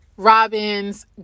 Robin's